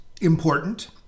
important